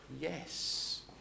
yes